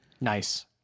Nice